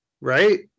right